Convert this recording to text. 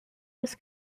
was